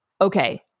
okay